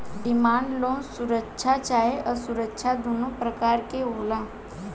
demand loan सुरक्षित चाहे असुरक्षित दुनो प्रकार के होला